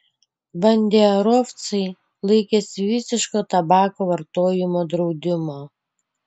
banderovcai laikėsi visiško tabako vartojimo draudimo